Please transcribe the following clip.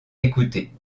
écouter